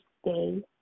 stay